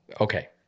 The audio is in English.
Okay